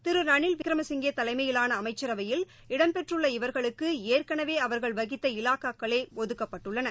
திரு ரணில் விக்ரமசிங்கே தலைமையிவான அமைச்சரவையில் இடம்பெற்றுள்ள இவர்களுக்கு ஏற்கனவே அவர்கள் வகித்த இலாக்காக்களே ஒதுக்கப்பட்டுள்ளன